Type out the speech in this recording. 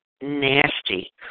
nasty